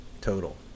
total